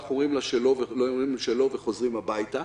אנחנו אומרים לה שלא וחוזרים הביתה.